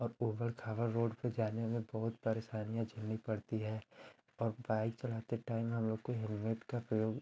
और ऊबड़ खाबड़ रोड पर जाने ओने पर बहुत परेशानियाँ झेलनी पड़ती है और बाइक चलाते टाइम हम लोग को हेलमेट का प्रयोग